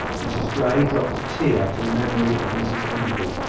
mrs grey dropped a tear to the memory of mrs enderby,